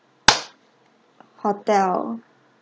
hotel